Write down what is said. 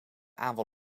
aanval